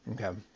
Okay